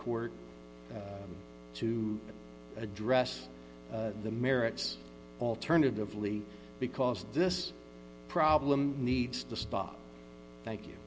court to address the merits alternatively because this problem needs to stop thank you